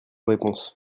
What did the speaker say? réponse